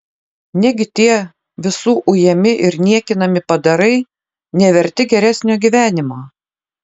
negi tie visų ujami ir niekinami padarai neverti geresnio gyvenimo